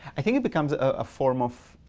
i think it becomes a form of